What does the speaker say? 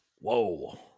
whoa